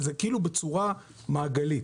זה כאילו בצורה מעגלית.